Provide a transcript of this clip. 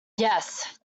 yes